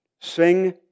sing